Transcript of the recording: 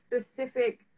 specific